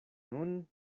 nun